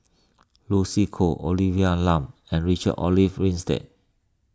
Lucy Koh Olivia Lum and Richard Olaf Winstedt